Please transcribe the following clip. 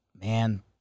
Man